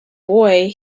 boy